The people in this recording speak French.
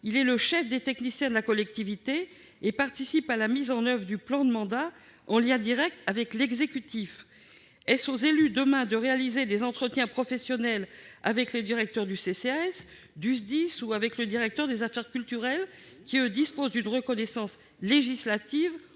il est le chef des techniciens de la collectivité et participe à la mise en oeuvre du plan de mandat, en lien direct avec l'exécutif. Est-ce aux élus, demain, de réaliser les entretiens professionnels avec le directeur du CCAS, le directeur du SDIS ou le directeur des affaires culturelles, lesquels disposent d'une reconnaissance législative